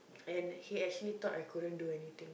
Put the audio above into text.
and he actually thought I couldn't do anything